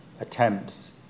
attempts